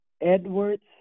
Edwards